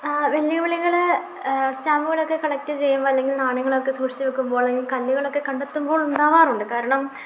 വെല്ലുവിളികൾ സ്റ്റാമ്പുകളൊക്കെ കളക്റ്റ് ചെയ്യുമ്പോൾ അല്ലെങ്കിൽ നാണയങ്ങളൊക്കെ സൂക്ഷിച്ച് വെക്കുമ്പോൾ അല്ലെങ്കിൽ കല്ലുകളൊക്കെ കണ്ടെത്തുമ്പോൾ ഉണ്ടാവാറുണ്ട് കാരണം